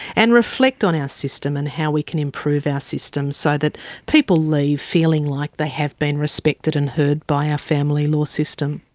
and reflect on our ah system and how we can improve our system so that people leave feeling like they have been respected and heard by our family law system.